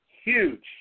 huge